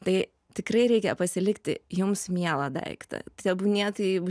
tai tikrai reikia pasilikti jums mielą daiktą tebūnie taip